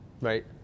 Right